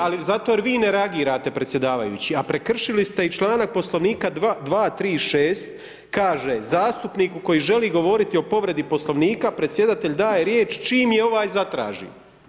Ali zato, jer vi ne reagirat predsjedavajući, a prekršili ste i članak Poslovnika 236. kaže zastupniku koji želi govoriti o povredi Poslovnika, predsjedatelj daje riječ, čim je ovaj zatraži.